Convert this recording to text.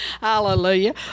Hallelujah